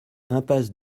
impasse